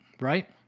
right